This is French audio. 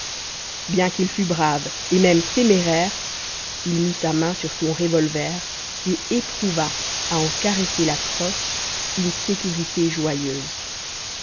bien qu'il fût brave et même téméraire il mit la main sur son revolver et éprouva à en caresser la crosse une sécurité joyeuse